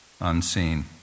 unseen